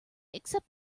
except